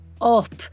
up